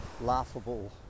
laughable